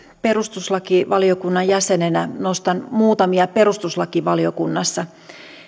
perustuslakivaliokunnan jäsenenä nostan muutamia perustuslakivaliokunnassa